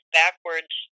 backwards